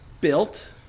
built